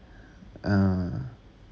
ah